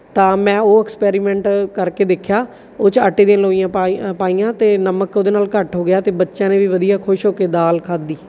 ਤਾਂ ਮੈਂ ਉਹ ਐਕਸਪੈਰੀਮੈਂਟ ਕਰਕੇ ਦੇਖਿਆ ਉਹ 'ਚ ਆਟੇ ਦੀਆਂ ਲੋਈਆਂ ਪਾਈ ਪਾਈਆਂ ਅਤੇ ਨਮਕ ਉਹਦੇ ਨਾਲ ਘੱਟ ਹੋ ਗਿਆ ਅਤੇ ਬੱਚਿਆਂ ਨੇ ਵੀ ਵਧੀਆ ਖੁਸ਼ ਹੋ ਕੇ ਦਾਲ ਖਾਦੀ